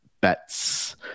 bets